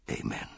Amen